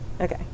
Okay